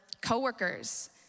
coworkers